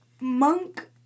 Monk